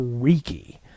freaky